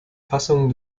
fassungen